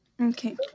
okay